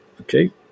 okay